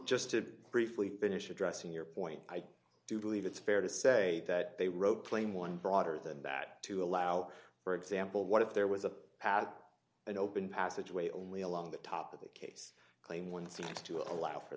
just to briefly finish addressing your point i do believe it's fair to say that they wrote claim one broader than that to allow for example what if there was a pad an open passageway only along the top of the case claim one seems to allow for